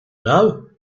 know